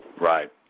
Right